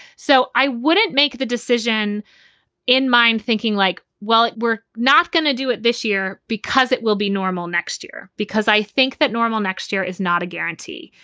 so i wouldn't make the decision in mind thinking like, well, we're not going to do it this year because it will be normal next year, because i think that normal next year is not a guarantee.